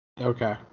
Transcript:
Okay